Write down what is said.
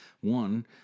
one